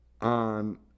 on